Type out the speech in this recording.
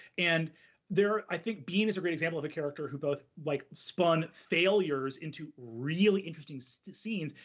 and there, i think bean is a great example of a character who both like spun failures into really interesting so scenes,